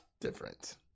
different